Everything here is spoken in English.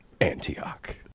Antioch